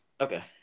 Okay